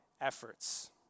efforts